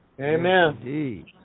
Amen